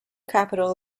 capital